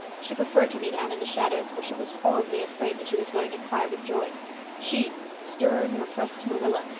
she preferred to meet anne in the shadows, for she was horribly afraid that she was going to cry with joy she, stern, repressed marilla,